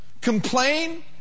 complain